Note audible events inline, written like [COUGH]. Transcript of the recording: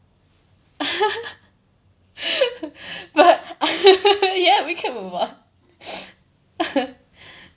[LAUGHS] but [LAUGHS] ya we can move on [LAUGHS]